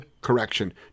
Correction